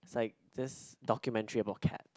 it's like this documentary about cat